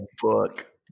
book